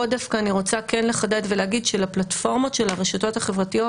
פה אני דווקא רוצה לחדד ולהגיד שלפלטפורמות של הרשתות החברתיות